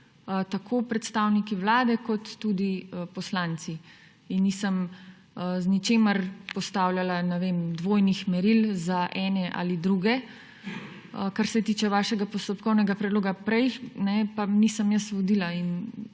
tako predstavniki Vlade kot tudi poslanci. Z ničemer nisem postavljala dvojnih meril za ene ali druge. Kar se tiče vašega postopkovnega predloga prej, pa nisem jaz vodila in